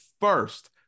first